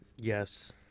Yes